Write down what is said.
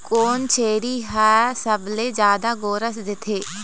कोन छेरी हर सबले जादा गोरस देथे?